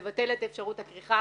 לבטל את אפשרות הכריכה.